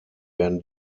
werden